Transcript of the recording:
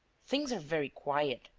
things are very quiet.